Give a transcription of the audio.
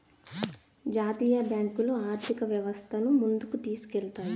జాతీయ బ్యాంకులు ఆర్థిక వ్యవస్థను ముందుకు తీసుకెళ్తాయి